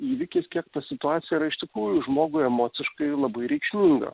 įvykis kiek ta situacija yra iš tikrųjų žmogui emociškai labai reikšminga